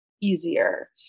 easier